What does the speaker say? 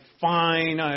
fine